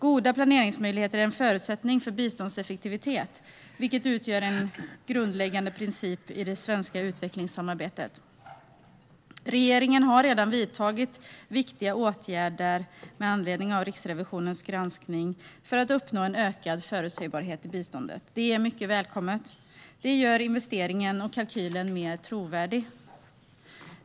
Goda planeringsmöjligheter är en förutsättning för biståndseffektivitet, vilket utgör en grundläggande princip i det svenska utvecklingssamarbetet. Regeringen har redan vidtagit viktiga åtgärder med anledning av Riksrevisionens granskning för att uppnå en ökad förutsägbarhet i biståndet. Detta är mycket välkommet. Det gör investeringen och kalkylen mer trovärdiga.